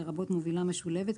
לרבות מובילה משולבת,